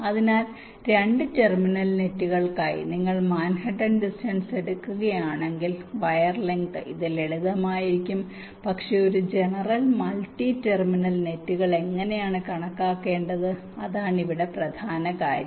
അതിനാൽ 2 ടെർമിനൽ നെറ്റുകൾക്കായി നിങ്ങൾ മാൻഹട്ടൻ ഡിസ്റ്റൻസ് എടുക്കുകയാണെങ്കിൽ വയർ ലെങ്ത് ഇത് ലളിതമായിരിക്കും പക്ഷേ ഒരു ജനറൽ മൾട്ടി ടെർമിനൽ നെറ്റുകൾ എങ്ങനെയാണ് കണക്കാക്കേണ്ടത് അതാണ് ഇവിടെ പ്രധാന കാര്യം